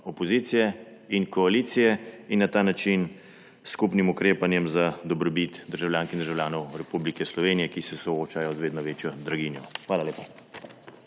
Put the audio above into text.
opozicije in koalicije, in na ta način s skupnim ukrepanjem za dobrobit državljank in državljanov Republike Slovenije, ki se soočajo z vedno večjo draginjo. Hvala lepa.